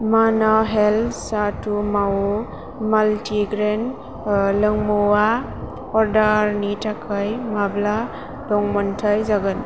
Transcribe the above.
माना हेल्ट साथु मावु माल्टिग्रेन्ट लोंमुवा अर्डारनि थाखाय माब्ला दंमोन्थाइ जागोन